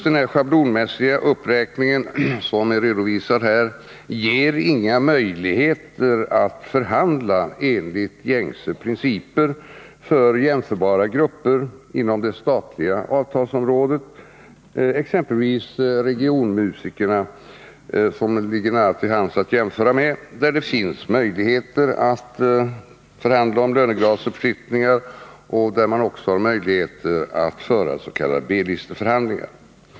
Den schablonmässiga uppräkning som här redovisats ger inga möjligheter att förhandla enligt gängse principer för jämförbara grupper inom det statliga avtalsområdet — exempelvis regionmusikerna, som det ligger nära till hands att jämföra med. När det gäller dessa finns det ju möjligheter att förhandla om lönegradsuppflyttningar och att föra s.k. B-listeförhandlingar.